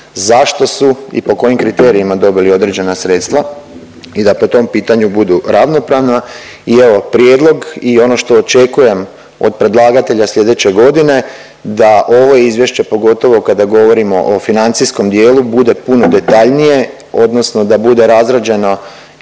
zašto su i po kojim kriterijima dobili određena sredstva i da po tom pitanju budu ravnopravna i evo, prijedlog i ono što očekujem od predlagatelja sljedeće godine da ovo Izvješće, pogotovo kada govorimo o financijskom dijelu, bude puno detaljnije odnosno da bude razrađeno